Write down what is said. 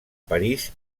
parís